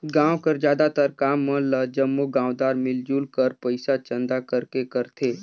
गाँव कर जादातर काम मन ल जम्मो गाँवदार मिलजुल कर पइसा चंदा करके करथे